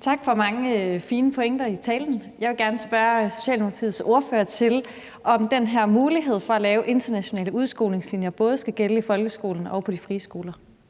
Kl. 13:46 Lotte Rod (RV): Tak for mange fine pointer i talen. Jeg vil gerne spørge Socialdemokratiets ordfører, om den her mulighed for at lave internationale udskolingslinjer både skal gælde i folkeskolen og på de frie skoler.